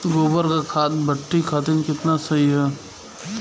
गोबर क खाद्य मट्टी खातिन कितना सही ह?